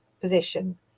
position